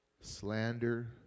slander